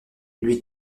lui